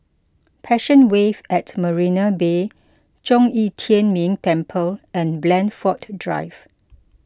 Passion Wave at Marina Bay Zhong Yi Tian Ming Temple and Blandford Drive